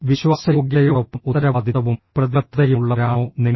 വിശ്വാസയോഗ്യതയോടൊപ്പം ഉത്തരവാദിത്തവും പ്രതിബദ്ധതയുമുള്ളവരാണോ നിങ്ങൾ